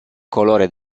colore